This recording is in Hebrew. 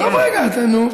נו?